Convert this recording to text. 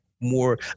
more